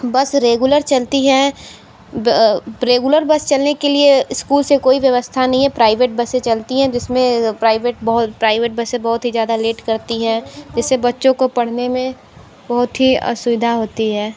बस रेगुलर चलती है रेगुलर बस चलने के लिए स्कूल से कोई व्यवस्था नहीं है प्राइवेट बसें चलती हैं जिसमें प्राइवेट बहोत प्राइवेट बसें बहोत ही ज़्यादा लेट करती हैं जिससे बच्चों को पढ़ने में बहुत ही असुविधा होती है